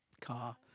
car